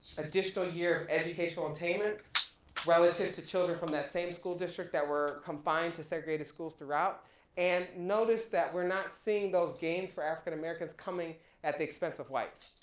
additional year of educational attainment relative to children from that same school district that were confined to segregated school throughout and notice that we're not seeing those gains for african americans coming at the expense of whites.